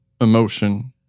emotion